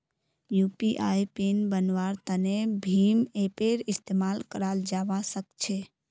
UPI pin बन्वार तने भीम ऐपेर इस्तेमाल कराल जावा सक्छे